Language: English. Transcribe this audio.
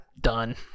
done